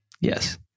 yes